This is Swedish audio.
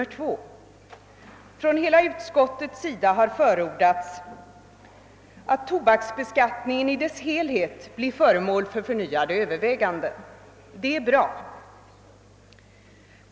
Samtliga ledamöter i utskottet har förordat att tobaksbeskattningen i dess helhet bör bli föremål för förnyade överväganden. Det är bra.